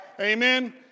Amen